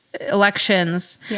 elections